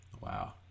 Wow